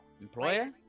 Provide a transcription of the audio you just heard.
Employer